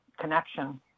connection